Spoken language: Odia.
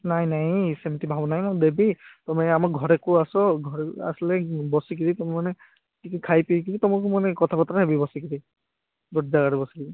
ନାଇଁ ନାଇଁ ସେମିତି ଭାବ ନାହିଁ ମୁଁ ଦେବି ତୁମେ ଆମ ଘରେକୁ ଆସ ଘରକୁ ଆସିଲେ ବସିକିରି ତମେ ମାନେ ଟିକେ ଖାଇ ପିଇକରି ତୁମକୁ ମାନେ କଥାବାର୍ତ୍ତା ହେବି ବସିକିରି ଗୋଟେ ଜାଗାରେ ବସିଲେ